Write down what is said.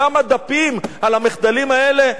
כמה דפים על המחדלים האלה?